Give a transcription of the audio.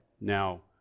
Now